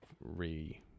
re